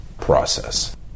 process